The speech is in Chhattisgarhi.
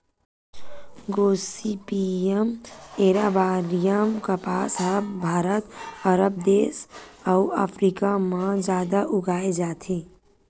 गोसिपीयम एरबॉरियम कपसा ह भारत, अरब देस अउ अफ्रीका म जादा उगाए जाथे